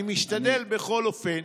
אני משתדל, בכל אופן.